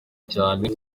cyane